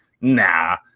Nah